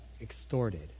extorted